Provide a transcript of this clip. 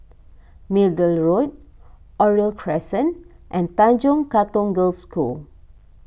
Middle Road Oriole Crescent and Tanjong Katong Girls' School